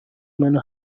منو